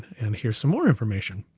and here's some more information,